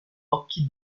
occhi